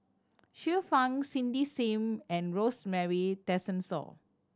Xiu Fang Cindy Sim and Rosemary Tessensohn